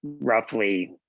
roughly